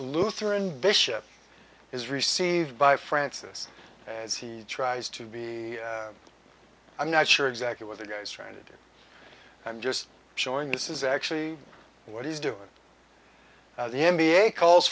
lutheran bishop is received by francis as he tries to be i'm not sure exactly what the guys trying to do i'm just showing this is actually what he's doing the n b a calls